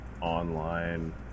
online